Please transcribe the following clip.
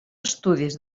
estudis